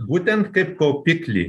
būtent kaip kaupiklį